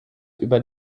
über